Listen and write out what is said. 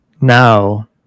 Now